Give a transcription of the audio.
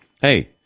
hey